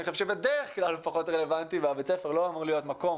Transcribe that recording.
אני חושב שבדרך כלל הוא פחות רלוונטי ובית הספר לא אמור להיות מקום